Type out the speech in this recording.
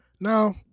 Now